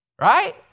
right